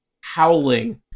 howling